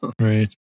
Right